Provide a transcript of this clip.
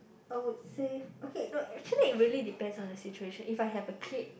I would save okay no actually it really depends on the situation if I have a kid